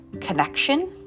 connection